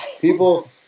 people